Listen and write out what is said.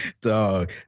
dog